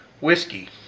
whiskey